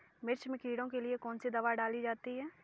मिर्च में कीड़ों के लिए कौनसी दावा डाली जाती है?